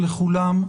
בוקר טוב לכולם.